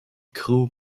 crew